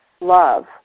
love